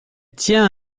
tient